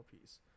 piece